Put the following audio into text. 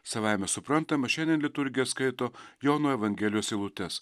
savaime suprantama šiandien liturgija skaito jono evangelijos eilutes